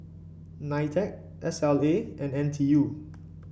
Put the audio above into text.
Nitec S L A and N T U